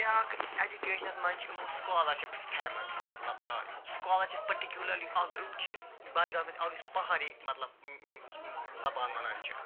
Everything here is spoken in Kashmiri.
بیٛاکھ اٮ۪جُکیشَنَس منٛز چھِ یِمو سکالَرشِپٕس تھایمَژٕ مطلب سکالَرشِپ پٔٹِکیوٗلَرلی اَکھ گروٚپ چھِ بَڈگامِس اَتھ گٔے سُہ پہاری مطلب یِم زبان وَنان چھِ